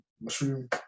mushroom